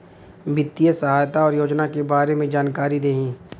वित्तीय सहायता और योजना के बारे में जानकारी देही?